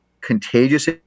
contagious